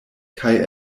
kaj